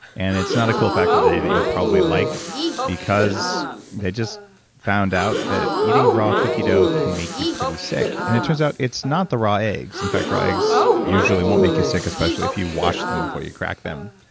and it's not a cool fact of the day that you'll probably like because they just found out that eating raw cookie dough can make you pretty sick. and it turns out it's not the raw eggs, in fact raw eggs usually won't make you sick especially if you wash them before you crack them.